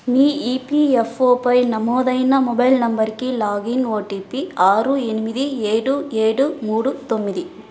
మీ ఈపిఎఫ్ఓపై నమోదైన మొబైల్ నంబరుకి లాగిన్ ఓటీపీ ఆరు ఎనిమిది ఏడు ఏడు మూడు తొమ్మిది